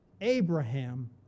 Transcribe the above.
Abraham